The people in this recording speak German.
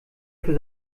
für